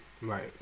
Right